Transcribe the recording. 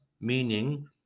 meaning